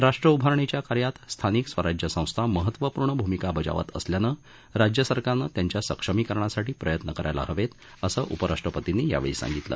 राष्ट्रउभारणीच्या कार्यात स्थानिक स्वराज्य संस्था महत्त्वपूर्ण भूमिका बजावत असल्यानं राज्य सरकारनं त्यांच्या सक्षमीकरणासाठी प्रयत्न करायला हवेत असं उपराष्ट्रपतींनी यावेळी सांगितलं